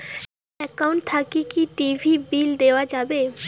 Account থাকি কি TV bill দেওয়া যাবে?